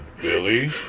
Billy